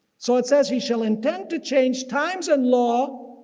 so it says, he shall intend to change times and law.